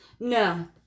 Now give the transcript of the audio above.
No